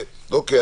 אוקיי,